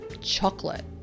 chocolate